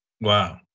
Wow